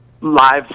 live